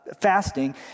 fasting